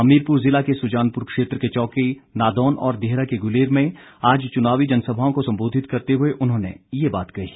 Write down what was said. हमीरपुर जिला के सुजानपुर क्षेत्र के चौकी नादौन और देहरा के गुलेर में आज चुनावी जनसभाओं को संबोधित करते हुए उन्होंने ये बात कही